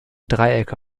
dreiecke